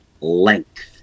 length